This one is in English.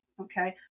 Okay